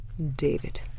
David